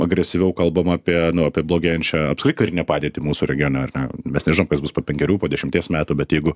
agresyviau kalbam apie apie blogėjančią apskritai karinę padėtį mūsų regione ar ne mes nežinom kas bus po penkerių po dešimties metų bet jeigu